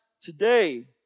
today